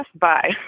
Bye